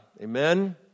Amen